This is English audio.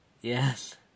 Yes